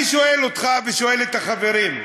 אני שואל אותך ושואל את החברים: